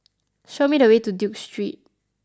show me the way to Duke Street